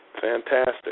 Fantastic